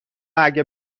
اگه